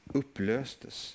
upplöstes